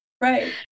Right